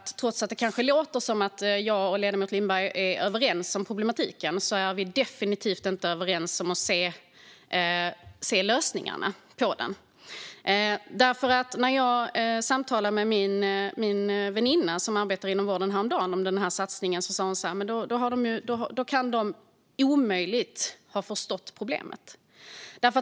Trots att det kanske låter som att jag och ledamoten Lindberg är överens om problematiken är vi definitivt inte överens om lösningarna på den. När jag häromdagen samtalade om den här satsningen med en väninna som arbetar inom vården sa hon: "Då kan de omöjligt ha förstått problemet.